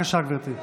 נגד